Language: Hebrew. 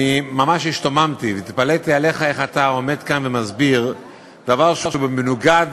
אני ממש השתוממתי והתפלאתי עליך איך אתה עומד כאן ומסביר דבר שהוא מנוגד